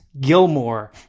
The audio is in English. Gilmore